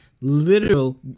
literal